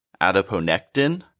Adiponectin